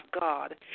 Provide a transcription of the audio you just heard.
God